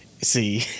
see